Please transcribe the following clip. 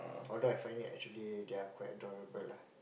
although I find it actually they are quite adorable lah